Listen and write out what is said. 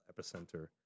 epicenter